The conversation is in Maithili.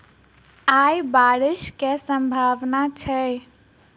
आय बारिश केँ सम्भावना छै?